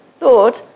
Lord